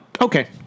Okay